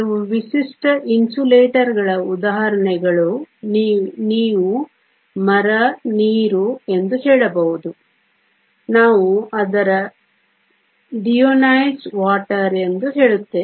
ಕೆಲವು ವಿಶಿಷ್ಟ ಅವಾಹಕಗಳ ಉದಾಹರಣೆಗಳು ನೀವು ಮರ ನೀರು ಎಂದು ಹೇಳಬಹುದು ನಾವು ಅದರ ಡಿಅಯೋನೈಸ್ಡ್ ನೀರು ಎಂದು ಹೇಳುತ್ತೇವೆ